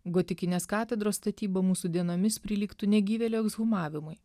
gotikinės katedros statyba mūsų dienomis prilygtų negyvėlio ekshumavimui